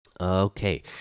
Okay